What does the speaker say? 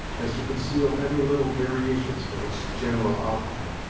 as to conceal any little variations from its general outline.